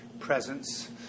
presence